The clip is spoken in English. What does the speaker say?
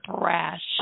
brash